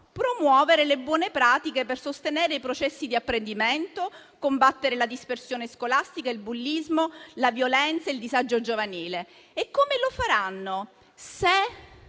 promuovere le buone pratiche per sostenere i processi di apprendimento, combattere la dispersione scolastica, il bullismo, la violenza, il disagio giovanile. E come faranno, se